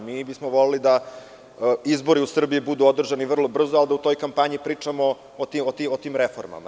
Voleli bismo da izbori u Srbiji budu održani vrlo brzo, ali da u toj kampanji pričamo o tim reformama.